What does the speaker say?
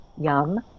yum